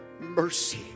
mercy